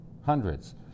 hundreds